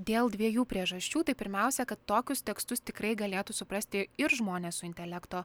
dėl dviejų priežasčių tai pirmiausia kad tokius tekstus tikrai galėtų suprasti ir žmonės su intelekto